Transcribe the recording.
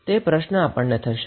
તે પ્રશ્ન આપણને થશે